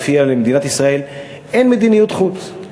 שלפיה למדינת ישראל אין מדיניות חוץ.